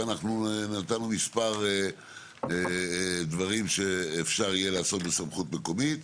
ואנחנו נתנו מספר דברים שאפשר יהיה לעשות בסמכות מקומית.